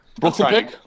Brooklyn